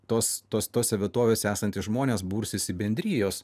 tos tos tose vietovėse esantys žmonės bursis į bendrijos